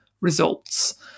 Results